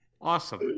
Awesome